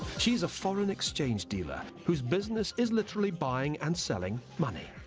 she's a foreign exchange dealer, whose business is literally buying and selling money.